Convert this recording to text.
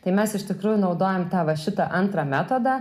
tai mes iš tikrųjų naudojom tą va šitą antrą metodą